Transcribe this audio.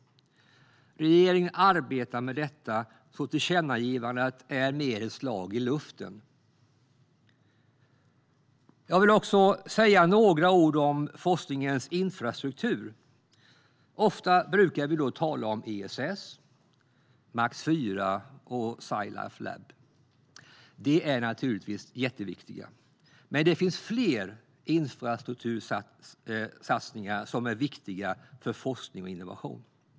Regeringen arbetar med detta, så tillkännagivandet är mer ett slag i luften. Jag vill även säga några ord om forskningens infrastruktur. Ofta brukar vi då tala om ESS, MAX IV och Sci Life Lab. De är naturligtvis jätteviktiga, men det finns fler infrastruktursatsningar som är viktiga för forskning och innovation.